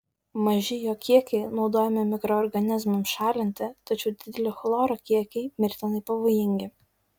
maži jo kiekiai naudojami mikroorganizmams šalinti tačiau dideli chloro kiekiai mirtinai pavojingi